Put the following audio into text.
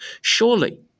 surely